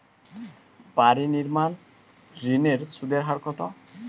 বাড়ি নির্মাণ ঋণের সুদের হার কত?